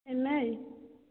EMI